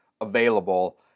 available